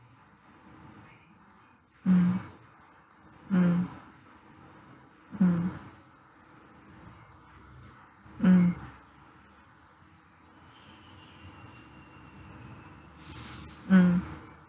mm mm mm mm mm